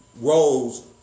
roles